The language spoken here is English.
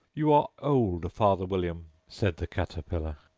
you are old, father william, said the caterpillar.